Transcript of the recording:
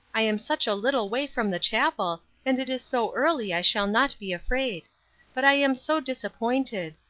i am such a little way from the chapel, and it is so early i shall not be afraid but i am so disappointed.